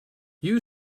you